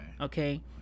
Okay